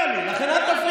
אני כרגע מוחה על הפרעות.